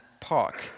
park